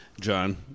John